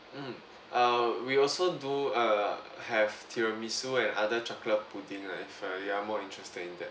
mm err we also do err have tiramisu and other chocolate pudding lah if uh you are more interested in that